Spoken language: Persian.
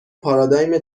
پارادایم